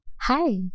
Hi